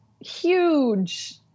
huge